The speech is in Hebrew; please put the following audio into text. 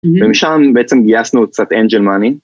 ומשם בעצם גייסנו קצת אנג'ל money.